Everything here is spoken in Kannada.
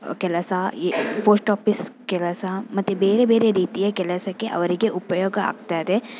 ಕೆಲಸ ಪೋಸ್ಟ್ ಆಫೀಸ್ ಕೆಲಸ ಮತ್ತು ಬೇರೆ ಬೇರೆ ರೀತಿಯ ಕೆಲಸಕ್ಕೆ ಅವರಿಗೆ ಉಪಯೋಗ ಆಗ್ತದೆ